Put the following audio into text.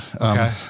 Okay